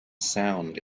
sound